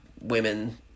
women